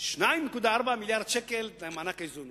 2.4 מיליארדי שקל מענק האיזון.